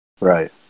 Right